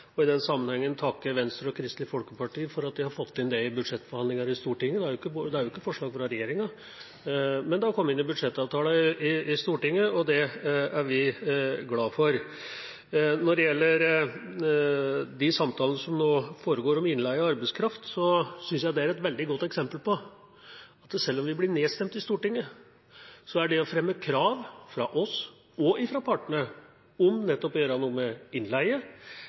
vil i den sammenhengen takke Venstre og Kristelig Folkeparti for at de har fått inn det i budsjettforhandlinger i Stortinget. Det er ikke et forslag fra regjeringa, men det har kommet inn i budsjettavtalen i Stortinget, og det er vi glad for. Når det gjelder de samtalene som nå foregår om innleie av arbeidskraft, synes jeg det er et veldig godt eksempel på at selv om vi blir nedstemt i Stortinget, er det å fremme krav – fra oss og fra partene – om nettopp å gjøre noe med innleie,